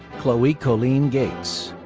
chloe colleen gates.